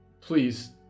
Please